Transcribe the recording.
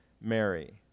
Mary